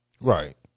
Right